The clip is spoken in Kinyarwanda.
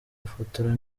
gufotora